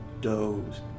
doze